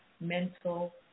mental